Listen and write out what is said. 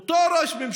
אותו ראש ממשלה,